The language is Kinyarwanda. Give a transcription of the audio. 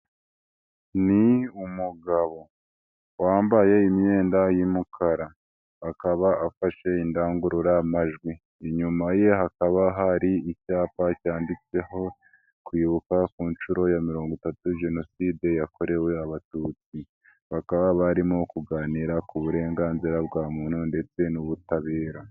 Ni umugabo wambaye imyenda y'umukara akaba afashe indangururamajwi, inyuma ye hakaba hari icyapa cyanditseho kwibuka ku nshuro ya mirongo itatu jenoside yakorewe abatutsi bakaba barimo kuganira ku burenganzira bwa muntu ndetse n'ubutabera.